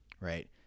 Right